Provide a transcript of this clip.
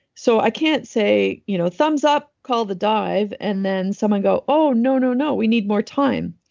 so, i can't say you know thumbs up, call the dive, and then someone go, oh. no. no. no. we need more time.